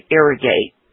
irrigate